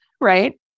right